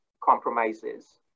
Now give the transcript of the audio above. compromises